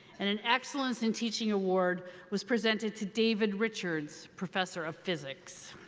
and an excellence in teaching award was presented to david richards, professor of physics.